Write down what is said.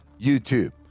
youtube